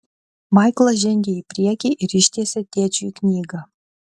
maiklas žengė į priekį ir ištiesė tėčiui knygą